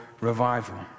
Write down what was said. revival